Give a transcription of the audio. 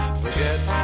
forget